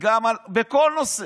בכל נושא,